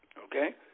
okay